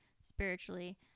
spiritually